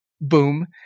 boom